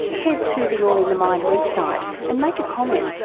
head to the all in the mind website and make a comment,